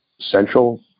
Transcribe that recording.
central